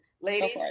ladies